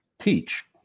teach